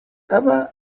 ever